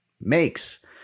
makes